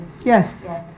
Yes